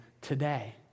today